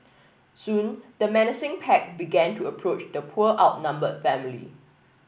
soon the menacing pack began to approach the poor outnumbered family